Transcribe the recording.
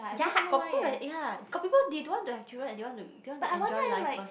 ya got people like that ya got people they don't want to have children and they want to they want to enjoy life first